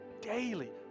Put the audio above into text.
Daily